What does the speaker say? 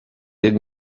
did